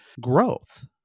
growth